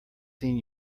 seen